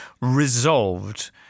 resolved